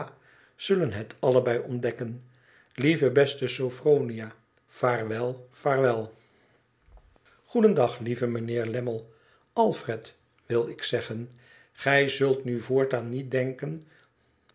zullen het alleli ontdekken lieve beste sophronia vaarwel vaarwel goedendag lieve mijnheer lammie alfred wil ik zeggen gij zult nu voortaan niet denken